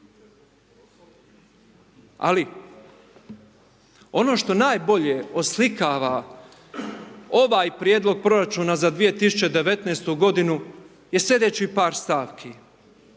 Ali ono što najbolje oslikava ovaj prijedlog proračuna za 2019. g. je sljedeći par stavki,